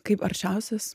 kaip arčiausias